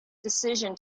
decision